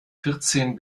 vierzehn